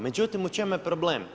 Međutim, u čemu je problem?